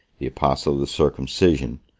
the apostle of the circumcision,